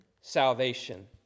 salvation